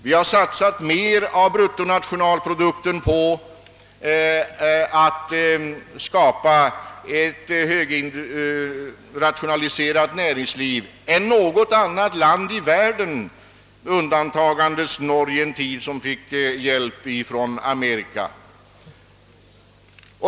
Vi har satsat mer av bruttonationalprodukten på att skapa ett högrationaliserat näringsliv än något annat land i världen — med undantag för Norge under en tid då detta land fick hjälp av Amerika.